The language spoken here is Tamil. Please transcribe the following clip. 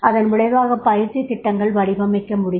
இதன் விளைவாக பயிற்சித் திட்டங்களை வடிவமைக்க முடியும்